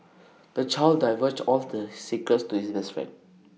the child divulged all the secrets to his best friend